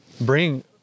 bring